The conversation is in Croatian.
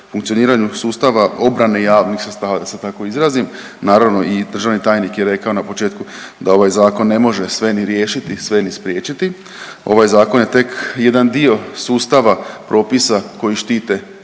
funkcioniranju sustava obrane javnih sredstava, da se tako izrazim. Naravno i državni tajnik je rekao na početku da ovaj zakon ne može sve ni riješiti, sve ni spriječiti, ovaj zakon je tek jedan dio sustava propisa koji štite